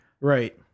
Right